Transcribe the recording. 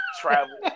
travel